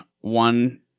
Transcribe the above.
one